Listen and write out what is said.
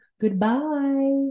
Goodbye